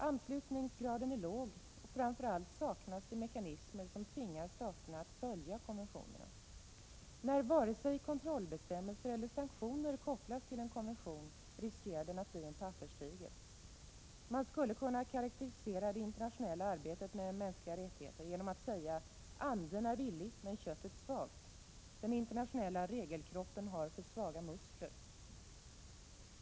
Anslutningsgraden är låg, och framför allt saknas mekanismer som tvingar staterna att följa konventionerna. När vare sig kontrollbestämmelser eller sanktioner kopplas till en konvention, riskerar den att bli en papperstiger. Man skulle kunna karakterisera det internationella arbetet med mänskliga rättigheter genom att säga: Anden är villig, men köttet är svagt. Den internationella regelkroppen har för svaga muskler.